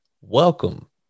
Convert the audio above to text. welcome